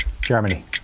Germany